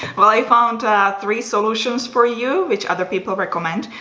well, i found three solutions for you which other people recommend.